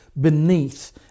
beneath